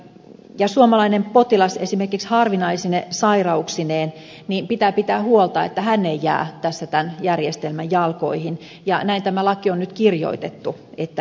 ja suomalainen potilas esimerkiksi harvinaisine sairauksineen pitää pitää huolta että hän ei jää tässä tämän järjestelmän jalkoihin ja näin tämä laki on nyt kirjoitettu että ei jäisi